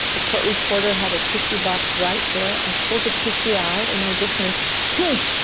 the court reporter had a tissue box right there, i pulled a tissue out and i just went hmm.